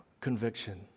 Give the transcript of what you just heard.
conviction